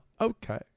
Okay